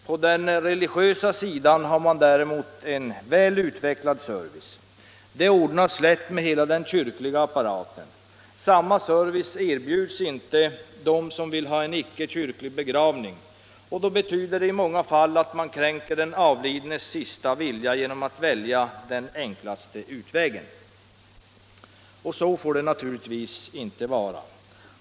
På den religiösa sidan har man däremot en väl utvecklad service. Det ordnas lätt med hela den kyrkliga apparaten. Samma service erbjuds inte dem som vill ha en icke-kyrklig begravning, och då betyder det att man i många fall kränker den avlidnes sista vilja genom att välja den enklaste utvägen. Så får det naturligtvis inte vara.